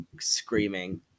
screaming